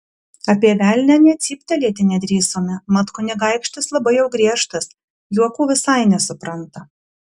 apie velnią nė cyptelėti nedrįsome mat kunigaikštis labai jau griežtas juokų visai nesupranta